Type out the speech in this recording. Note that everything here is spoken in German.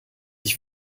ich